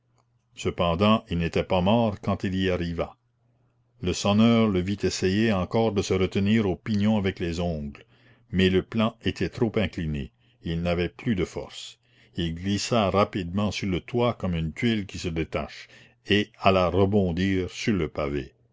cependant il n'était pas mort quand il y arriva le sonneur le vit essayer encore de se retenir au pignon avec les ongles mais le plan était trop incliné et il n'avait plus de force il glissa rapidement sur le toit comme une tuile qui se détache et alla rebondir sur le pavé